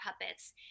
puppets